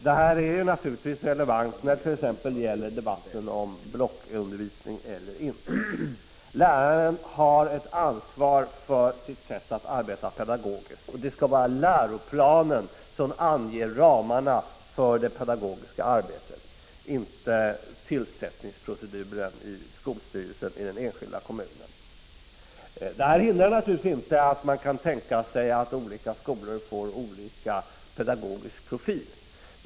Detta är naturligtvis relevant t.ex. när det gäller — 11 december 1985 debatten om blockundervisning eller inte. Läraren har ett ansvar för sitt sätt att arbeta pedagogiskt. Och det skall vara läroplanen som anger ramarna för det pedagogiska arbetet, inte tillsättningsproceduren i skolstyrelsen i den enskilda kommunen. Detta hindrar naturligtvis inte att man kan tänka sig att olika skolor får olika pedagogiska profiler.